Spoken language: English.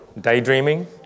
daydreaming